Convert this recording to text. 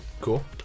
Cool